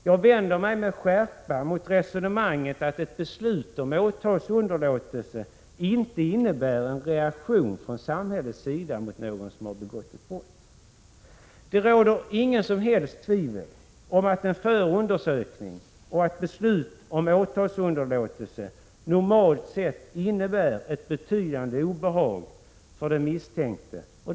Jag vänder mig med skärpa mot resonemanget att ett beslut om åtalsunderlåtelse inte innebär en reaktion från samhällets sida mot den som har begått ett brott. Det råder inget som helst tvivel om att en förundersökning och ett beslut om åtalsunderlåtelse normalt innebär ett betydande obehag för den misstänkte.